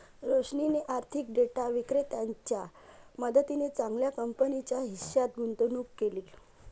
रोशनीने आर्थिक डेटा विक्रेत्याच्या मदतीने चांगल्या कंपनीच्या हिश्श्यात गुंतवणूक केली